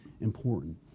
important